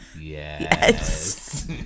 Yes